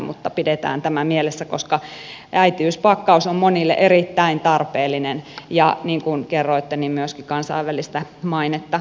mutta pidetään tämä mielessä koska äitiyspakkaus on monille erittäin tarpeellinen ja niin kuin kerroitte myöskin kansainvälistä mainetta saanut